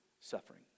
suffering